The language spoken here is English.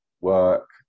work